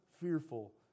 fearful